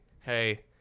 hey